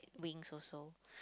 wings also